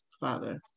father